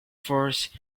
force